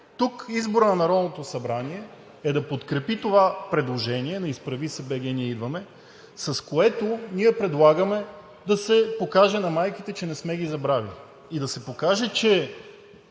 тук изборът на Народното събрание е да подкрепи това предложение на „Изправи се БГ! Ние идваме!“, с което ние предлагаме да се покаже на майките, че не сме ги забравили, и да се покаже, че